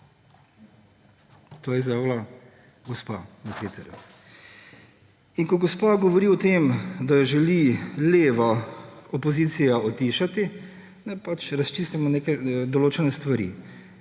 To je izjavila gospa na Twitterju. In ko gospa govori o tem, da jo želi leva opozicija utišati, naj pač razčistimo neke določene stvari.